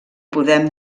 podem